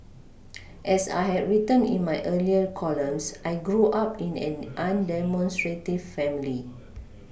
as I had written in my earlier columns I grew up in an undemonstrative family